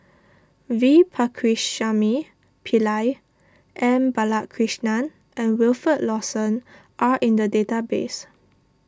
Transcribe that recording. V Pakirisamy Pillai M Balakrishnan and Wilfed Lawson are in the database